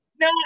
No